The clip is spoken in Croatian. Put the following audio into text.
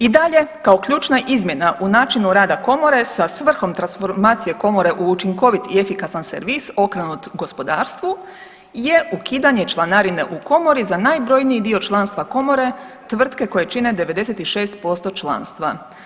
I dalje kao ključna izmjena u načinu rada Komore sa svrhom transformacije Komore u učinkovit i efikasan servis okrenut gospodarstvu jer ukidanje članarine u Komori za najbrojniji dio članstva Komore, tvrtke koje čine 96% članstva.